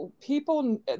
people